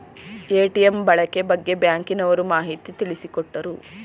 ATM ಬಳಕೆ ಬಗ್ಗೆ ಬ್ಯಾಂಕಿನವರು ಮಾಹಿತಿ ತಿಳಿಸಿಕೊಟ್ಟರು